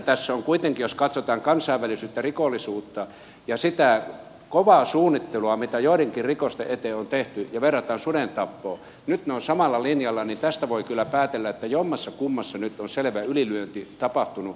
minun mielestäni kuitenkin jos katsotaan kansainvälistä rikollisuutta ja sitä kovaa suunnittelua mitä joidenkin rikosten eteen on tehty ja verrataan sudentappoon nyt ne ovat samalla linjalla tästä voi kyllä päätellä että jommassakummassa nyt on selvä ylilyönti tapahtunut